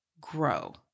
grow